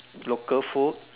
local food